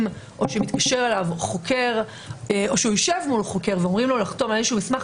או שמתקשר אליו חוקר או שהוא יושב מול חוקר ואומרים לו לחתום על מסמך,